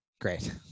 Great